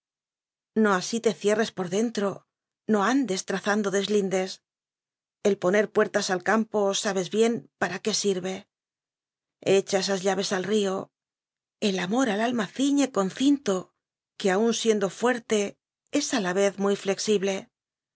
no así te cierres por dentro no andes trazando deslindes el poner puertas al campo sabes bien para qué sirve echa esas llaves al río el amor al alma ciñe con cinto que aun siendo fuerte es á la vez muy flexible